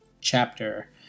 chapter